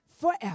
forever